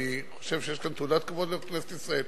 אני חושב שיש כאן תעודת כבוד לכנסת ישראל